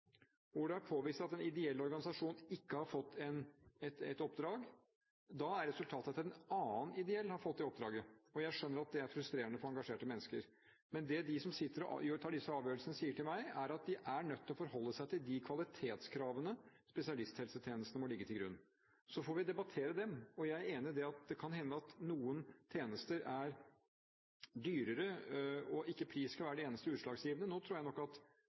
er påvist at en ideell organisasjon ikke har fått et oppdrag. Da er resultatet at en annen ideell organisasjon har fått oppdraget. Jeg skjønner at dette er frustrerende for engasjerte mennesker. Men det de som sitter og tar disse avgjørelsene, sier til meg, er at de er nødt til å forholde seg til de kvalitetskravene spesialisthelsetjenesten må legge til grunn. Så får vi debattere dem. Jeg er enig i at det kan hende at noen tjenester er dyrere, og at pris ikke skal være det eneste utslagsgivende. Jeg tror nok at